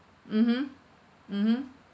mmhmm mmhmm